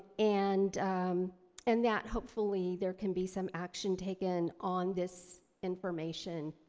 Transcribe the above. and and that hopefully there can be some action taken on this information.